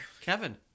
Kevin